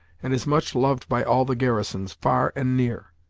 and is much loved by all the garrisons, far and near.